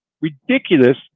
ridiculous